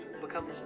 becomes